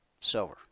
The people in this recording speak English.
silver